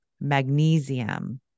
magnesium